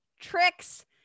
Tricks